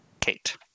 Kate